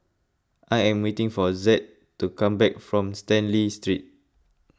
I am waiting for Zed to come back from Stanley Street